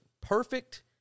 perfect